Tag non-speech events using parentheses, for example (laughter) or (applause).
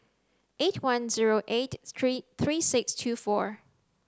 eight one zero eight (unintelligible) three six two four